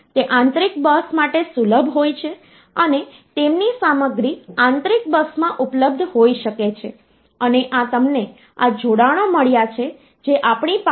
તેથી આ તમને ભાગાકાર તરીકે 2 અને રીમાઇન્ડર તરીકે 2 આપશે અને પછી આ 2 જ્યારે તમે 16 વડે ભાગશો ત્યારે તે ભાગાકાર તરીકે 0 અને રીમાઇન્ડર તરીકે 2 આપશે